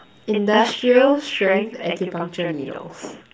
industrial strength acupuncture needles